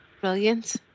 Brilliant